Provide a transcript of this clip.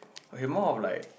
okay more of like